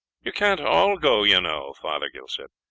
you can't all go, you know, fothergill said,